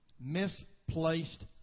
misplaced